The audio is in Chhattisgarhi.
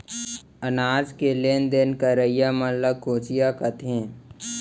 अनाज के लेन देन करइया मन ल कोंचिया कथें